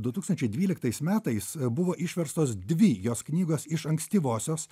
du tūkstančiai dvyliktais metais buvo išverstos dvi jos knygos iš ankstyvosios